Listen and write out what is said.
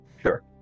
Sure